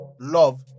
love